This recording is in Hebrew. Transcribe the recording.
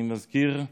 אני מזכיר,